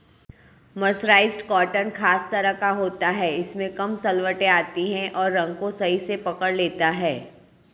mercerised cotton खास तरह का होता है इसमें कम सलवटें आती हैं और रंग को सही से पकड़ लेता है